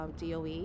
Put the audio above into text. DOE